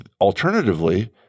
alternatively